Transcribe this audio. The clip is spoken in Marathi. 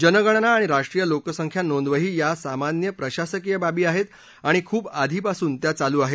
जनगणना आणि राष्ट्रीय लोकसंख्या नोंदवही या सामान्य प्रशासकीय बाबी आहेत आणि खूप आधीपासून त्या चालू आहेत